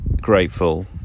grateful